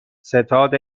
ستاد